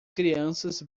crianças